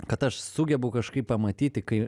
kad aš sugebu kažkaip pamatyti kai